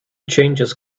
changes